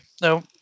no